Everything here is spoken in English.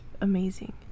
amazing